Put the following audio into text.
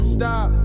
Stop